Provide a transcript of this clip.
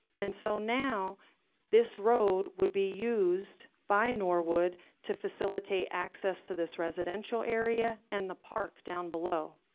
and so now this road would be used by norwood to facilitate access to this residential area and the park down below.